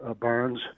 Barnes